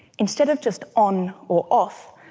instead of just on or off,